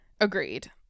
agreed